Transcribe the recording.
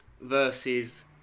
versus